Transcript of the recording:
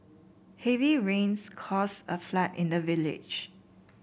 heavy rains caused a flood in the village